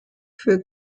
für